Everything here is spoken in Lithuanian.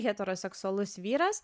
heteroseksualus vyras